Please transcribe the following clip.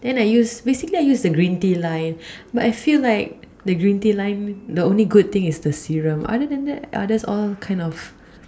then I use basically I use the green tea line but I feel like the green tea line the only good thing is the serum other than that others all kind of